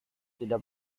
tidak